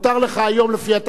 לפי התקנון החדש,